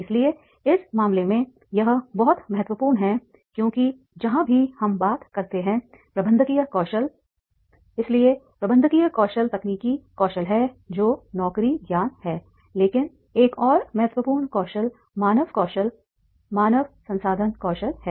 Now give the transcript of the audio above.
इसलिए इस मामले में यह बहुत महत्वपूर्ण है क्योंकि जहां भी हम बात करते हैं प्रबंधकीय कौशल इसलिए प्रबंधकीय कौशल तकनीकी कौशल है जो नौकरी ज्ञान है लेकिन एक और महत्वपूर्ण कौशल मानव कौशल मानव संसाधन कौशल है